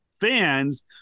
fans